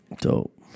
Dope